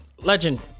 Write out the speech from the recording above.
Legend